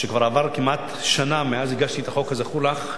שכבר עברה כמעט שנה מאז הגשתי את הצעת החוק הזכורה לך,